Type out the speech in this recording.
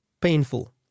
painful